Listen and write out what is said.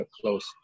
close